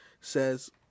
says